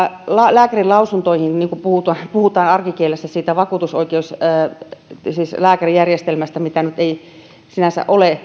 lääkärinlausuntoihin arkikielessä puhutaan vakuutusoikeuden lääkärijärjestelmästä jollaista järjestelmää ei sinänsä ole